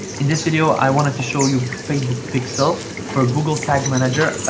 in this video, i wanted to show you facebook pixel for google tag manager.